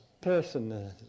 person